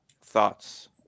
thoughts